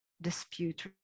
dispute